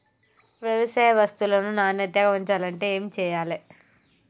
వ్యవసాయ వస్తువులను నాణ్యతగా ఉంచాలంటే ఏమి చెయ్యాలే?